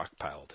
stockpiled